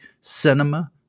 cinema